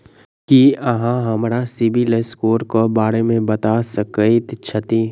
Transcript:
की अहाँ हमरा सिबिल स्कोर क बारे मे बता सकइत छथि?